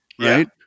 right